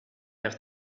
have